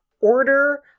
order